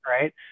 right